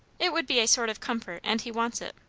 it would be a sort of comfort, and he wants it.